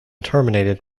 terminated